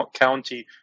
county